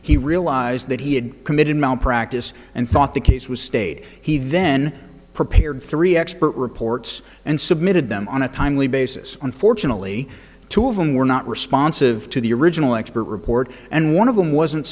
he realized that he had committed malpractise and thought the case was stayed he then prepared three expert reports and submitted them on a timely basis unfortunately two of them were not responsive to the original expert report and one of them wasn't